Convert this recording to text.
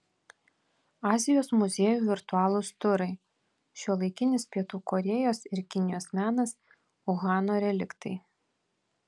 azijos muziejų virtualūs turai šiuolaikinis pietų korėjos ir kinijos menas uhano reliktai